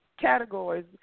categories